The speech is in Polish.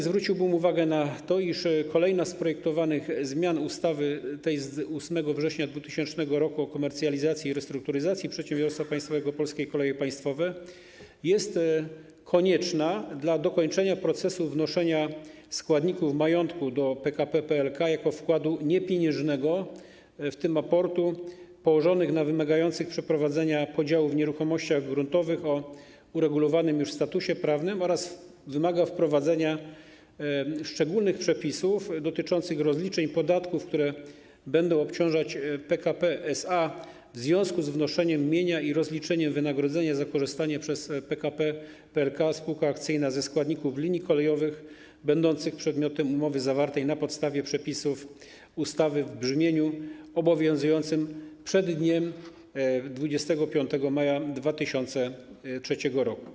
Zwróciłbym uwagę na to, iż kolejna z projektowanych zmian ustawy z 8 września 2000 r. o komercjalizacji i restrukturyzacji przedsiębiorstwa państwowego Polskie Koleje Państwowe jest konieczna do dokończenia procesu wnoszenia składników majątku do PKP PLK jako wkładu niepieniężnego, w tym aportu, położonych na wymagających przeprowadzenia podziałów nieruchomości gruntach o uregulowanym już statusie prawnym oraz wymaga wprowadzenia szczególnych przepisów dotyczących rozliczeń podatków, które będą obciążać PKP SA w związku z wnoszeniem mienia i rozliczeniem wynagrodzenia za korzystanie przez PKP PLK SA ze składników linii kolejowych będących przedmiotem umowy zawartej na podstawie przepisów ustawy w brzmieniu obowiązującym przed dniem 25 maja 2003 r.